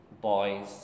boys